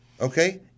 okay